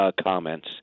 comments